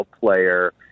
player